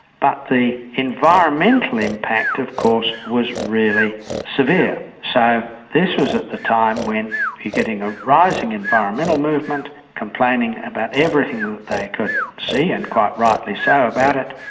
but the environmental impact, of course, was really severe. so this was at the time when you're getting a rising environmental movement complaining about everything that they could see and quite rightly so about it.